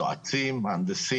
יועצים, מהנדסים.